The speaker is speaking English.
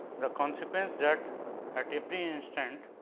the consequence that at every instant,